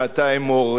מעתה אמור,